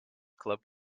club